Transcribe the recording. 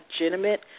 legitimate